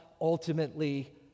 ultimately